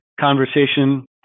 conversation